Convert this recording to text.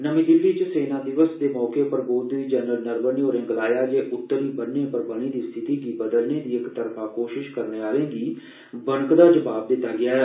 नर्मी दिल्ली च सेना दिवस दे मौके पर बोलदे होई जनरल नरवणे होरें गलाया जे उत्तरी बन्नें पर बनी दी स्थिति गी बदलने दी इकतरफा कोशश करने आह्लें गी बनकदा जवाब दित्ता गेआ ऐ